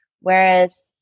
Whereas